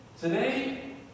today